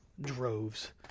droves